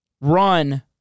Run